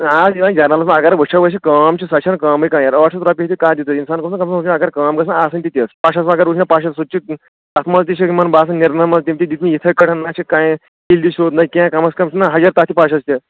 نہ حظ جَنرَلَس منٛز اگر وٕچھو أسۍ یہِ کٲم چھِ سۄ چھَنہٕ کٲمٕے کانٛہہ یَتھ ٲٹھ شَتھ رۄپیہِ کَتھ دِتِو اِنسان گوٚژھ نا دَپُن اگر کأم گٔژھ نا آسٕنۍ تہِ تِژھ پَشَس اگر وٕچھ مےٚ پَشَس سُہ تہِ چھِ تَتھ منٛز تہِ چھِ باسان تِم تہِ دِتۍمٕتۍ یِتھَے کٔٹھۍ نہ چھِ کانٛہَے کِلی سیوٚد نہ کینٛہہ کَمس کَم چھُنہ ہَجَر تَتھ چھُ پَشَس تہِ